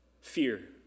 fear